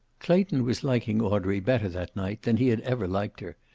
clayton was liking audrey better that night than he had ever liked her,